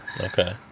Okay